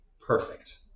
perfect